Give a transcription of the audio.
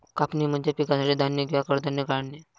कापणी म्हणजे पिकासाठी धान्य किंवा कडधान्ये काढणे